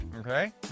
Okay